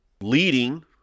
leading